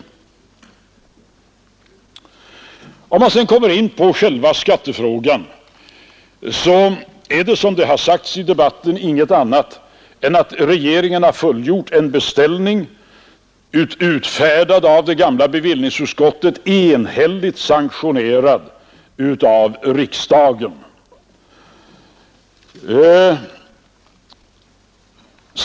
Vad beträffar själva skattefrågan rör det sig inte om någonting annat än att regeringen, som har sagts tidigare i debatten, har fullgjort en beställning utfärdad av det gamla bevillningsutskottet och enhälligt sanktionerad av riksdagen.